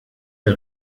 der